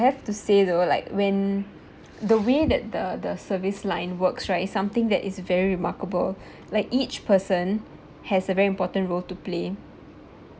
I have to say though like when the way that the the service line works right is something that is very remarkable like each person has a very important role to play